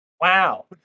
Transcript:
Wow